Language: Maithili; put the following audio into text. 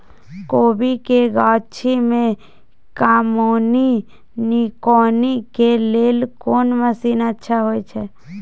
कोबी के गाछी में कमोनी निकौनी के लेल कोन मसीन अच्छा होय छै?